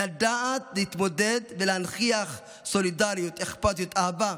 לדעת להתמודד ולהנכיח סולידריות, אכפתיות, אהבה,